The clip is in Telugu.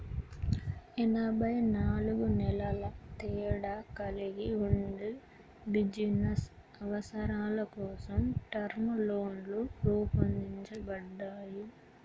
ఎనబై నాలుగు నెలల తేడా కలిగి ఉండి బిజినస్ అవసరాల కోసం టర్మ్ లోన్లు రూపొందించబడ్డాయి